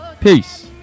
Peace